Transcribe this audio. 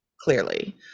clearly